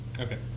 Okay